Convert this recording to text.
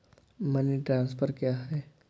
Money transfer क्या है?